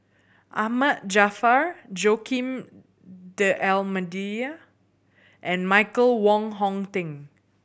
Ahmad Jaafar Joaquim D'Almeida and Michael Wong Hong Teng